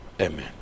Amen